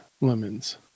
lemons